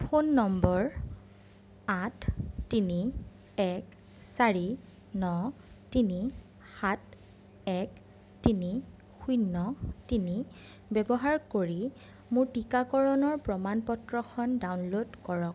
phone number আঠ তিনি এক চাৰি ন তিনি সাত এক তিনি শূন্য তিনি ব্যৱহাৰ কৰি মোৰ টীকাকৰণৰ প্ৰমাণ পত্ৰখন ডাউনল'ড কৰক